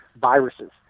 viruses